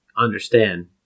understand